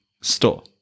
Store